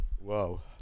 Whoa